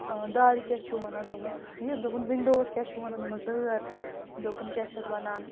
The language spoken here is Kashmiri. دارِ کیٛاہ چھُو وَنان دوٚپمَس یہِ دوٚپُن وِنڈووَس کیٛاہ چھُو وَنان دوٚپمَس دٲر دوٚپُن کیٛاہ چھِ اَتھ وَنان